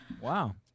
wow